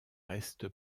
reste